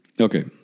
Okay